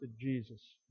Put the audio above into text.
Jesus